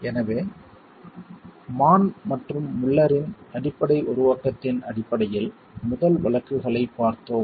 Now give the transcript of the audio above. எனவே மான் மற்றும் முல்லரின் அடிப்படை உருவாக்கத்தின் அடிப்படையில் முதல் வழக்குகளைப் பார்த்தோம்